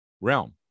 realm